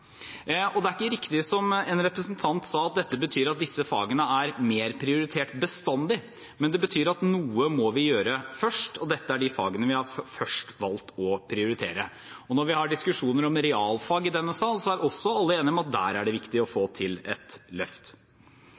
Det er ikke riktig som en representant sa, at dette betyr at disse fagene er mer prioritert bestandig, men det betyr at noe må vi gjøre først, og dette er de fagene vi har valgt å prioritere først. Når vi har diskusjoner om realfag i denne sal, er alle enige om at der er det viktig å få til et løft.